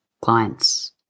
clients